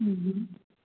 હં હમ